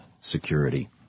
Security